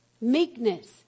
meekness